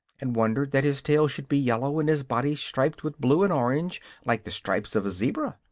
and wondered that his tail should be yellow and his body striped with blue and orange like the stripes of a zebra.